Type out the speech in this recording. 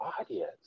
audience